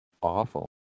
awful